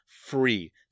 free